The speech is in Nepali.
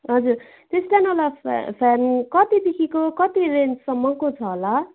हजुर त्यो स्ट्यान्डवाला फ्या फ्यान कति देखिको कति रेन्जसम्मको छ होला